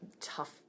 tough